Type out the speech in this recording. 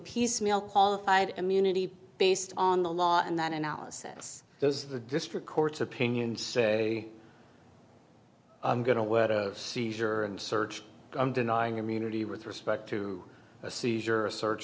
piecemeal qualified immunity based on the law and then analysis those of the district court's opinion say i'm going to work a seizure and search i'm denying immunity with respect to a seizure or a search